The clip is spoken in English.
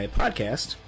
podcast